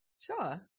Sure